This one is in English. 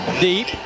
deep